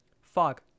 Fog